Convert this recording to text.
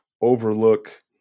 overlook